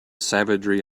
savagery